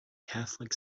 catholic